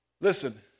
listen